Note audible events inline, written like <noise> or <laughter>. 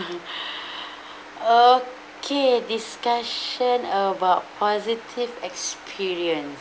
<breath> okay discussion about positive experience